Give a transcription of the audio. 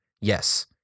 Yes